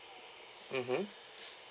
mmhmm